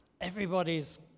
everybody's